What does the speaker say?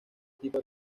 tipo